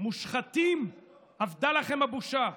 מושחתים, אבדה לכם הבושה.